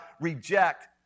reject